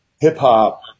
hip-hop